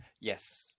Yes